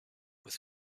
with